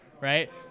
right